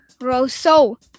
Rosso